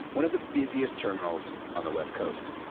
one of the busiest terminals on the west coast.